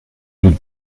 duc